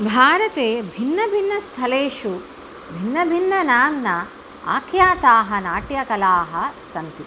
भारते भिन्न भिन्न स्थलेषु भिन्न भिन्ननाम्ना आख्याताः नाट्यकलाः सन्ति